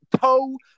toe